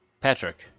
Patrick